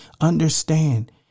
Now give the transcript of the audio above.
Understand